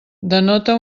denota